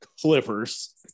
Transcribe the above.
Clippers